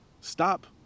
Stop